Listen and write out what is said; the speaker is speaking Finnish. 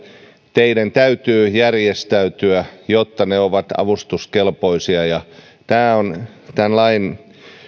teiden täytyy järjestäytyä jotta ne ovat avustuskelpoisia ja tämä on tämän lain